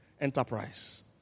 enterprise